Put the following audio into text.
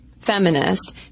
feminist